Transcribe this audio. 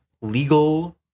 legal